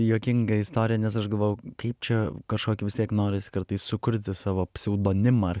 juokinga istorija nes aš galvojau kaip čia kažkokį vis tiek norisi kartais sukurti savo pseudonimą ar